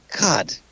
God